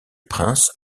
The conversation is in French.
prince